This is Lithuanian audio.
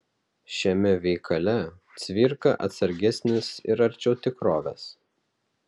šiame veikale cvirka atsargesnis ir arčiau tikrovės